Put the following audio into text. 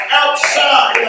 outside